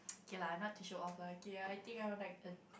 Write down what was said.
K lah not to show off lah okay I think I will like this